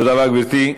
תודה רבה, גברתי.